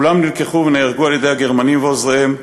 כולם נלקחו ונהרגו על-ידי הגרמנים ועוזריהם,